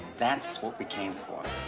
that's what we came for.